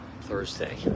Thursday